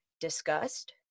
disgust